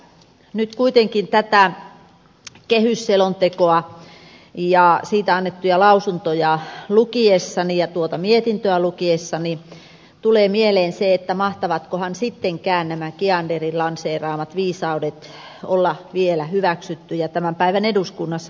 nyt kuitenkin tätä kehysselontekoa ja siitä annettuja lausuntoja lukiessani ja tuota mietintöä lukiessani tulee mieleen se että mahtavatkohan sittenkään nämä kianderin lanseeraamat viisaudet olla vielä hyväksyttyjä tämän päivän eduskunnassa